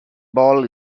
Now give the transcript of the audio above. ball